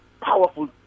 powerful